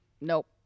nope